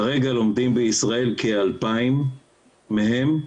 כרגע לומדים בישראל כ-2,000 מהם,